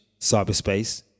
cyberspace